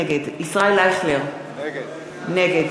נגד ישראל אייכלר, נגד